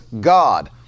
God